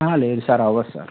అహ లేదు సార్ అవ్వదు సార్